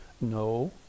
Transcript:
No